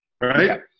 Right